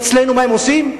אצלנו מה הם עושים?